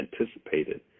anticipated